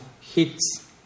hits